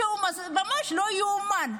ממש לא יאומן.